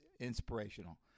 inspirational